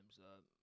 up